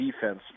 defense